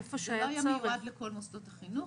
זה לא היה מיועד לכל מוסדות החינוך.